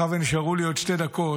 מאחר שנשארו לי עוד שתי דקות,